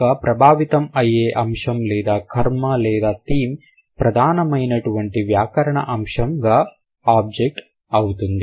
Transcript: ఒక ప్రభావితం అయ్యే అంశం లేదా కర్మ లేదా థీమ్ ప్రధానమైనటువంటి వ్యాకరణ అంశంగా ఆబ్జెక్ట్ అవుతుంది